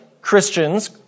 Christians